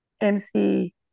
MC